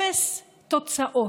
אפס תוצאות.